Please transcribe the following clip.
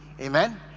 Amen